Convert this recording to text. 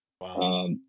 Wow